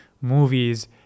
movies